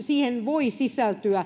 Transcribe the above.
siihen voi sisältyä